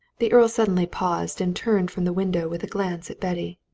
the earl suddenly paused and turned from the window with a glance at betty.